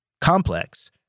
complex